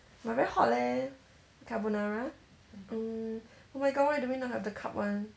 but very hot leh carbonara mm oh my god why do we not have the cup one